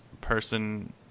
person